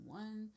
one